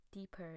deeper